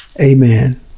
Amen